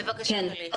בבקשה, גלית.